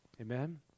Amen